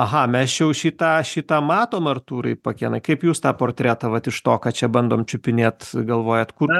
aha mes jau šį tą šį tą matom artūrai pakėnai kaip jūs tą portretą vat iš to ką čia bandom čiupinėt galvojat kur